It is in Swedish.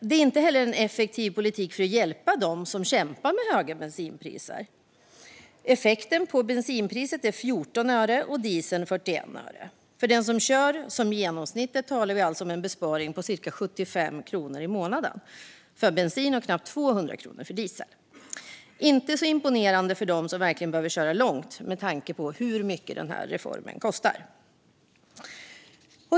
Det är inte heller en effektiv politik för att hjälpa dem som kämpar med höga bensinpriser. Effekten på priset för bensin är 14 öre och för diesel 41 öre. För den som kör som genomsnittet talar vi alltså om en besparing på cirka 75 kronor i månaden för bensin och knappt 200 kronor för diesel. Det är inte så imponerande för dem som verkligen behöver köra långt, med tanke på hur mycket den här reformen kostar.